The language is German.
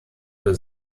für